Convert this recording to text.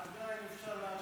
היושב בראש,